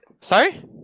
sorry